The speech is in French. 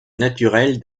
naturel